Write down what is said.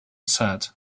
said